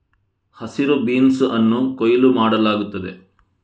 ಹಸಿರು ಬೀನ್ಸ್ ಅನ್ನು ಕೊಯ್ಲು ಮಾಡಲಾಗುತ್ತದೆ